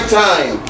time